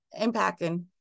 impacting